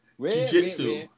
Jiu-Jitsu